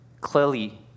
clearly